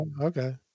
okay